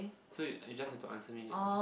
so you you just have to answer me only